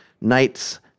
Knights